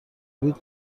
بود